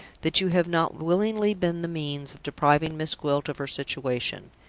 that you have not willingly been the means of depriving miss gwilt of her situation.